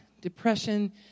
depression